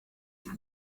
het